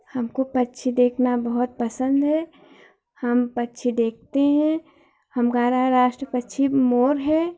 हमको पक्षी देखना बहुत पसंद हैं हम पक्षी देखते हैं हमारा राष्ट्र पक्षी मोर है